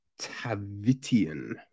Tavitian